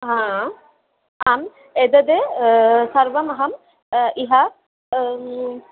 आम् एतद् सर्वमहम् इह